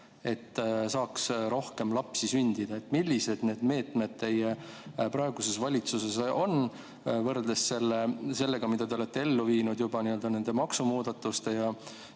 et saaks rohkem lapsi sündida? Millised need meetmed teie praeguses valitsuses on võrreldes sellega, mida te olete juba ellu viinud nende maksumuudatuste ja